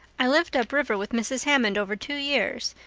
i lived up river with mrs. hammond over two years,